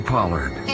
Pollard